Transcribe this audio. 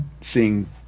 seeing